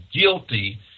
guilty